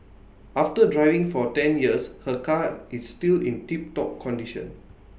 after driving for ten years her car is still in tiptop condition